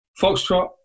foxtrot